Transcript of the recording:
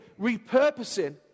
repurposing